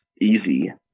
easy